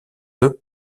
deux